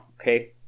okay